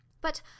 But—